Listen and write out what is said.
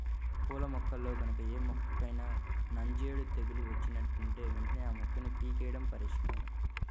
పూల మొక్కల్లో గనక ఏ మొక్కకైనా నాంజేడు తెగులు వచ్చినట్లుంటే వెంటనే ఆ మొక్కని పీకెయ్యడమే పరిష్కారం